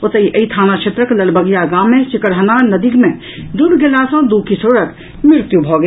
ओतहि एहि थाना क्षेत्रक लालबगिया गाम मे सिकरहना नदी मे डूबि गेला सॅ दू किशोरक मृत्यु भऽ गेल